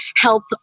help